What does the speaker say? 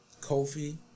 Kofi